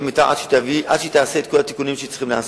המיתאר עד שהיא תעשה את כל התיקונים שצריכים להיעשות.